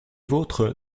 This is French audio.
vôtres